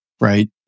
right